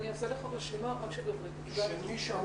הישיבה